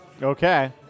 Okay